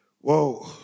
Whoa